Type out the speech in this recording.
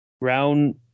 Brown